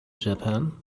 japan